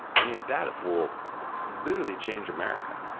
i mean, that will literally change america,